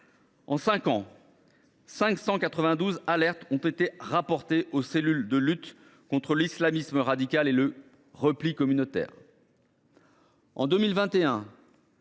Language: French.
cinq ans, 592 alertes ont été rapportées aux cellules de lutte contre l’islamisme et le repli communautaire